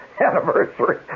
anniversary